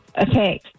Okay